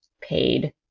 paid